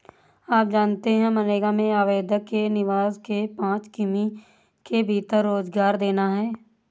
आप जानते है मनरेगा में आवेदक के निवास के पांच किमी के भीतर रोजगार देना है?